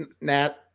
Nat